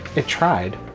it tried.